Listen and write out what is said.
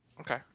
Okay